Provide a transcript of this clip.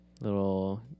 little